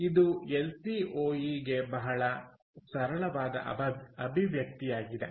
ಇದು L C O E ಗೆ ಬಹಳ ಸರಳವಾದ ಅಭಿವ್ಯಕ್ತಿಯಾಗಿದೆ